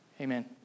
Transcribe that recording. Amen